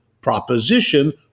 proposition